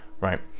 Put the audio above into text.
right